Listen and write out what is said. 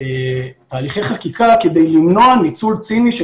הליכי חקיקה כדי למנוע ניצול ציני של